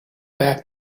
back